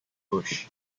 bush